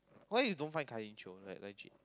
why you don't find Kai-Lin chio like legit